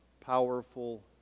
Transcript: powerful